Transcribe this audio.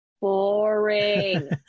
boring